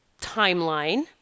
timeline